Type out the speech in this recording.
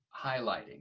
highlighting